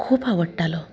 खूब आवडटालो